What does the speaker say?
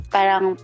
Parang